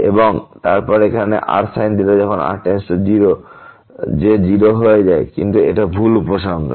এবং তারপর এখানে rsin যখন r → 0 যে 0 হয়ে যায় কিন্তু এটা ভুল উপসংহার